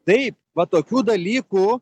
taip va tokių dalykų